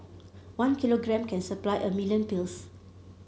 one kilogram can supply a million pills